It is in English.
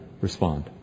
Respond